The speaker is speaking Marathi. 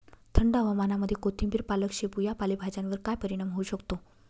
थंड हवामानामध्ये कोथिंबिर, पालक, शेपू या पालेभाज्यांवर काय परिणाम होऊ शकतो?